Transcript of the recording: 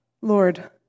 Lord